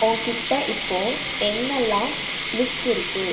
உங்கிட்டே இப்போது என்னெவெல்லாம் லிஸ்ட் இருக்குது